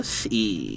see